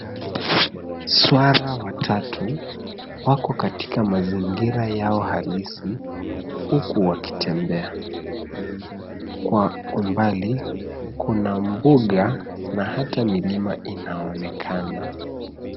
Swara watatu wako katika mazingira yao halisi huku wakitembea. Kwa umbali kuna mbuga na hata milima inaonekana.